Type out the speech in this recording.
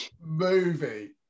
movie